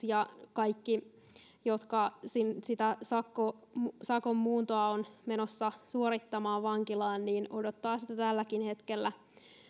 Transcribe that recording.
ja kaikki jotka sitä sakon muuntoa ovat menossa suorittamaan vankilaan odottavat sitä tälläkin hetkellä